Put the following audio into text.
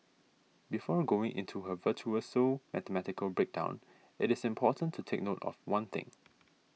before going into her virtuoso mathematical breakdown it is important to take note of one thing